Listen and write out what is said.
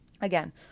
again